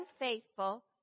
unfaithful